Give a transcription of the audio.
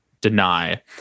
deny